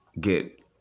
get